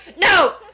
no